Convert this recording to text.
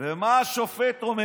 ומה השופט אומר?